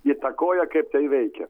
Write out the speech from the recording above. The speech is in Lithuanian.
įtakoja kaip tai veikia